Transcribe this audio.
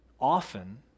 often